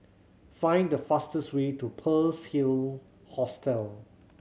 find the fastest way to Pearl's Hill Hostel